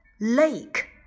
Lake